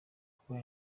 kuba